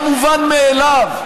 המובן-מאליו,